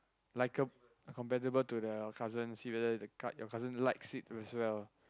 like a compatible to the cousin see whether the your cousin likes it as well